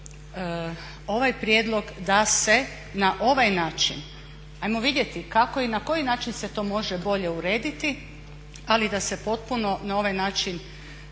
ovaj prijedlog da se na ovaj način, ajmo vidjeti kako i na koji način se to može bolje urediti, ali da se potpuno na ovaj način